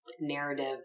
Narrative